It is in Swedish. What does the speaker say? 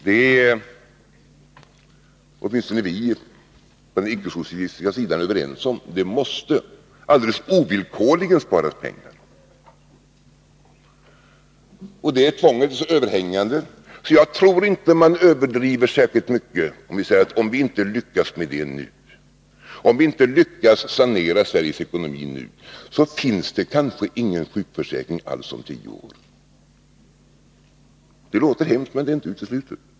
Det är åtminstone vi på den icke-socialistiska sidan överens om. Det måste, alldeles ovillkorligen, sparas pengar. Det tvånget är så överhängande att jag inte tror att man överdriver särskilt mycket om man säger: Om vi inte nu lyckas sanera Sveriges ekonomi, finns det kanske inte någon sjukförsäkring alls om tio år. Det låter hemskt, men det är inte uteslutet.